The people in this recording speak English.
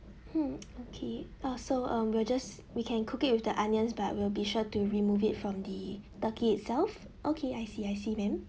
hmm okay uh so um we'll just we can cook it with the onions but we'll be sure to remove it from the turkey itself okay I see I see ma'am